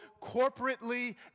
corporately